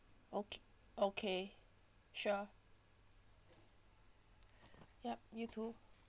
okay okay sure yup you too